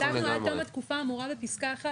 כתבנו עד תום התקופה בפסקה (1),